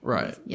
Right